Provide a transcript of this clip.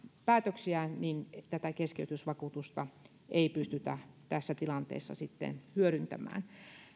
päätöksiä tällä tavalla keskeytysvakuutusta ei pystytä tässä tilanteessa hyödyntämään